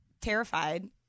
terrified